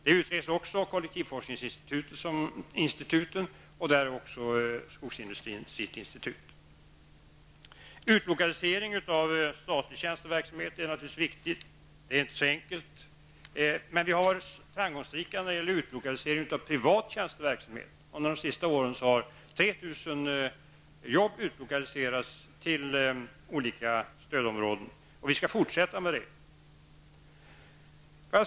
Detta utreds också av kollektivforskningsinstituten, där också skogsindustrin har ett institut. Utlokalisering av statlig tjänsteverksamhet är naturligtvis viktig, men inte så enkel att genomföra. Vi har dock varit framgångsrika när det gäller utlokalisering av privat tjänsteverksamhet. Under de senaste åren har 3 000 jobb utlokaliserats till olika stödområden, och vi skall fortsätta med det.